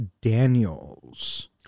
Daniels